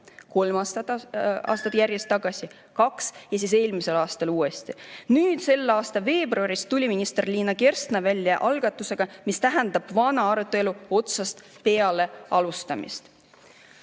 kaks [aastat tagasi] ja siis eelmisel aastal uuesti. Nüüd, selle aasta veebruaris tuli minister Liina Kersna välja algatusega, mis tähendab vana arutelu otsast peale alustamist.